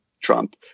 Trump